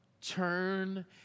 turn